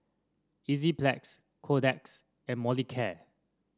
Enzyplex Kordel's and Molicare